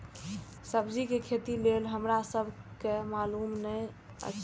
सब्जी के खेती लेल हमरा सब के मालुम न एछ?